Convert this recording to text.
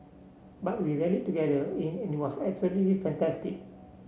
but we rallied together in it was absolutely fantastic